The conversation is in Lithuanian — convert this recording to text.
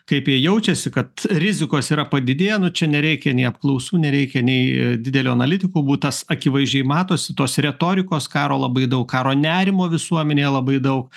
kaip jie jaučiasi kad rizikos yra padidėję nu čia nereikia nei apklausų nereikia nei didelio analitikų būt tas akivaizdžiai matosi tos retorikos karo labai daug karo nerimo visuomenėje labai daug